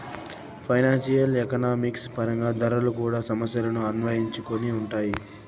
financial economics పరంగా ధరలు కూడా సమస్యలను అన్వయించుకొని ఉంటాయి